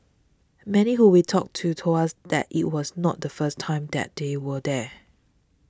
many who we talked to told us that it was not the first time that they were there